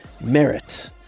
merit